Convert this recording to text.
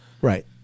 Right